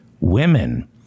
women